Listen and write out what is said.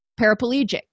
paraplegic